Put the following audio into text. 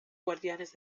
guardianes